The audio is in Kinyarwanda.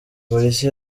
polisi